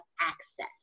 access